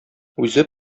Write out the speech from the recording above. үзе